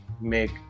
make